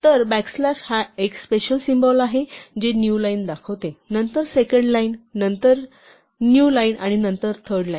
तर backslash हा एक स्पेसिअल सिम्बॉल आहे जे न्यू लाईन दाखवते नंतर सेकंड लाईन नंतर न्यू लाईन आणि नंतर थर्ड लाईन